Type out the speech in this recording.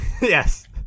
Yes